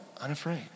unafraid